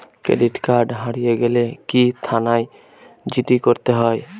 Credit card হারিয়ে গেলে কি থানায় জি.ডি করতে হয়?